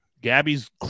Gabby's